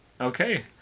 Okay